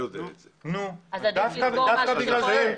נו, אז דווקא בגלל זה.